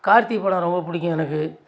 கார்த்தி படம் ரொம்ப பிடிக்கும் எனக்கு